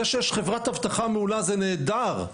זה שיש חברת אבטחה מעולה זה נהדר,